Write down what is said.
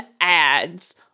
ads